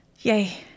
yay